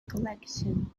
collection